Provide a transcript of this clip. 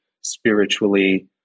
spiritually